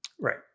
Right